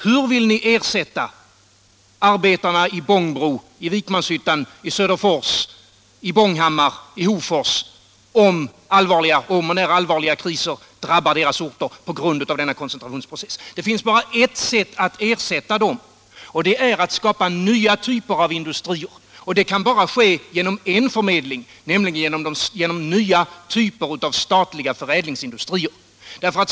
Hur vill ni ersätta arbetarna i Bångbro, i Vikmanshyttan, i Söderfors, i Hofors, om och när allvarliga kriser drabbar deras orter på grund av denna koncentrationsprocess? Det finns bara ett sätt att ersätta dem, och det är att skapa nya typer av industrier. Det kan bara ske genom en förmedling, nämligen genom nya typer av statliga förädlingsindustrier.